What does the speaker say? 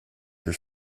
your